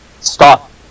Stop